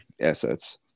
assets